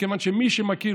כיוון שמי שמכיר,